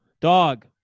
dog